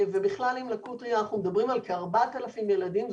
ובכלל עם לקות ראייה אנחנו מדברים על כ-4,000 ילדים.